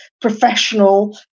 professional